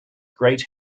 great